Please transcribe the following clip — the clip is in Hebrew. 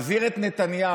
מזהיר את נתניהו